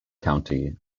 county